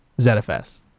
ZFS